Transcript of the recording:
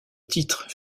titre